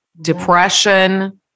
depression